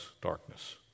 darkness